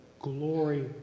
glory